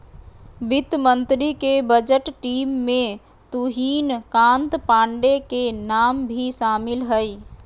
वित्त मंत्री के बजट टीम में तुहिन कांत पांडे के नाम भी शामिल हइ